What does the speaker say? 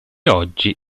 oggi